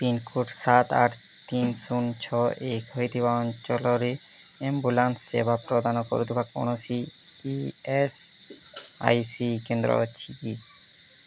pincode ସାତ ଆଠ ତିନି ଶୂନ ଛଅ ଏକ ହୋଇଥିବା ଅଞ୍ଚଲରେ ଆମ୍ବୁଲାନ୍ସ ସେବା ପ୍ରଦାନ କରୁଥିବା କୌଣସି ଇ ଏସ୍ ଆଇ ସି କେନ୍ଦ୍ର ଅଛି କି